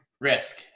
Risk